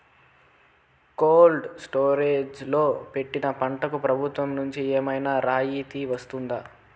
Cold storage లో పెట్టిన పంటకు ప్రభుత్వం నుంచి ఏమన్నా రాయితీ వస్తుందా?